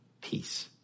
peace